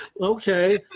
okay